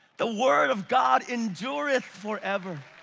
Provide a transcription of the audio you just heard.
the word of god endureth forever.